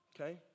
Okay